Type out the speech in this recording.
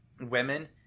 women